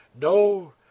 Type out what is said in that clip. no